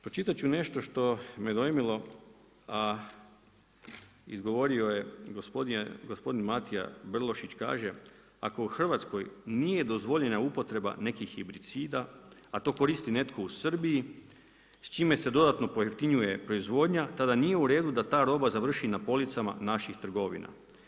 Pročitati ću nešto što me dojmilo, a izgovorio je gospodin Matija Brlošić kaže, ako u Hrvatskoj nije dozvoljena upotreba nekih herbicida, a to koristi netko u Srbiji, s čime se dodatno pojeftinjuje proizvodnja, tada nije u redu da ta roba završi u policama naših trgovina.